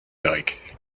dyck